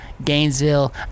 Gainesville